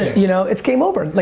you know it's game over. like